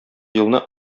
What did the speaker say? елны